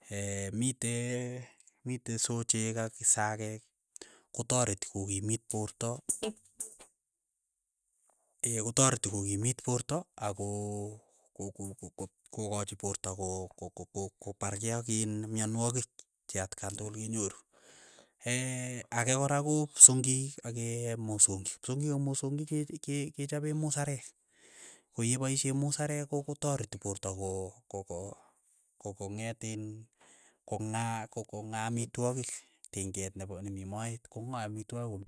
mitei mite sochek ak isakek kotereti kokimit porto ak kotareti kokimit porto ako ko- ko- ko- kot- ko- kokachi porto ko- ko- koparkei ak iin myonwogik che atkan tokol kinyoru, ake kora ko kipsyongik ak mosongik, kipsyongik ak mosongik ke- ke- kechape musarek, koyepaishe musarek ko- ko tareti porto ko- ko- ko- kong'eet in kong'aa ko- ko- kong'aa amtiwogik ting'et nepa ne mi moet, kong'ae amitwogik kom.